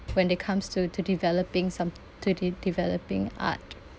when they comes to to developing some to de~ developing art